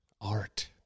Art